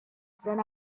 stern